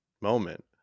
moment